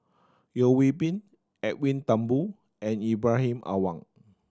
Yeo Hwee Bin Edwin Thumboo and Ibrahim Awang